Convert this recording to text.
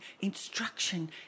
instruction